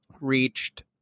reached